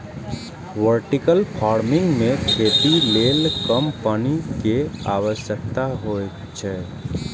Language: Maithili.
वर्टिकल फार्मिंग मे खेती लेल कम पानि के आवश्यकता होइ छै